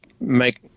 make